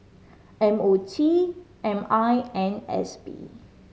M O T M I and S P